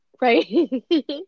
Right